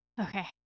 Okay